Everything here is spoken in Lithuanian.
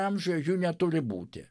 amžiuje jų neturi būti